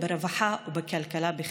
ברווחה ובכלכלה בכלל.